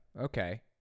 Okay